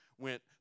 went